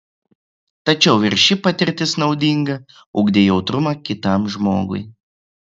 tačiau ir ši patirtis naudinga ugdė jautrumą kitam žmogui